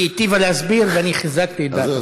היא היטיבה להסביר, ואני חיזקתי את דעתה.